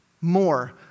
more